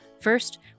First